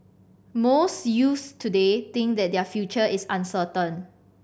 most youths today think that their future is uncertain